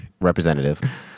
representative